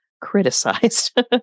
criticized